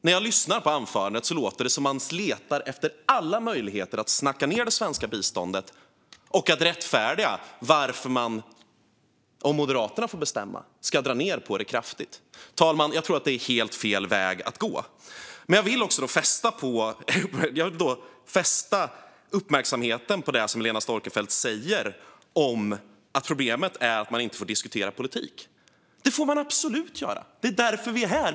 När jag lyssnar på anförandet låter det som att man letar efter alla möjligheter att snacka ned det svenska biståndet och rättfärdiga varför man om Moderaterna får bestämma ska dra ned på det kraftigt. Fru talman! Jag tror att detta är helt fel väg att gå. Men jag vill också fästa uppmärksamheten på något annat som Helena Storckenfeldt säger. Hon säger att problemet är att man inte får diskutera politiken. Jo, det får man absolut göra. Det är därför vi är här.